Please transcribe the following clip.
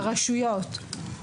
הרשויות.